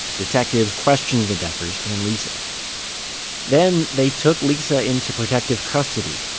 detectives questioned the deckers and lisa then, they took lisa into protective custody.